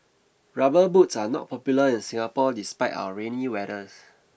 rubber boots are not popular in Singapore despite our rainy weathers